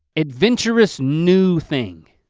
adventurous, new thing.